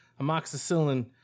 amoxicillin